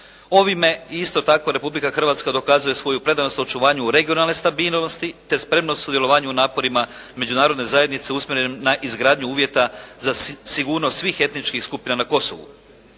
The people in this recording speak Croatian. ovime i isto tako Republika Hrvatska dokazuje svoju predanost u očuvanje regionalne stabilnosti te spremnost sudjelovanja u naporima Međunarodne zajednice usmjerene na izgradnju uvjeta za sigurnost svih etničkih skupina na Kosovu.